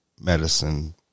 medicine